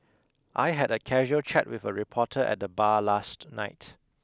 I had a casual chat with a reporter at the bar last night